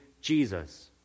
Jesus